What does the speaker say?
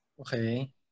Okay